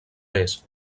més